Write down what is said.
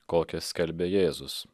kokią skelbė jėzus